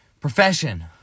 profession